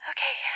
Okay